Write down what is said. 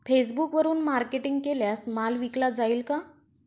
फेसबुकवरुन मार्केटिंग केल्यास माल विकला जाईल का?